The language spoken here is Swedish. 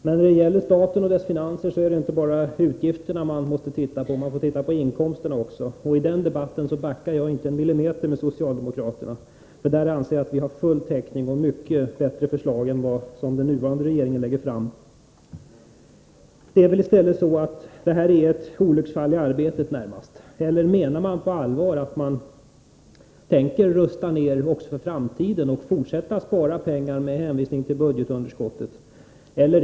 Men när det gäller staten och dess finanser är det inte bara utgifterna man måste se på, man får se på inkomsterna också. I den debatten backar jag inte en millimeter för socialdemokraterna. Där anser jag att vi har full täckning och mycket bättre förslag än de den nuvarande regeringen lägger fram. I stället är väl detta närmast ett olycksfall i arbetet, eller menar man på allvar att man även för framtiden tänker rusta ned och fortsätta spara pengar med hänvisning till budgetunderskottet?